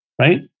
right